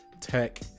tech